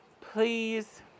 please